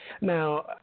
Now